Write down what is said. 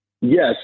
Yes